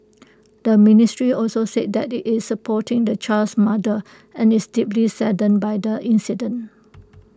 the ministry also said that IT is supporting the child's mother and is deeply saddened by the incident